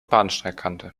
bahnsteigkante